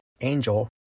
Angel